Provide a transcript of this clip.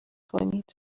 کنید